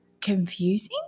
confusing